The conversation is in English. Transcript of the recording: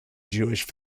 jewish